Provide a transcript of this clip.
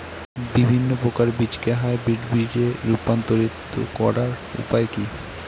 বিভিন্ন প্রকার বীজকে হাইব্রিড বীজ এ রূপান্তরিত করার উপায় কি?